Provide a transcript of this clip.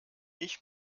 ich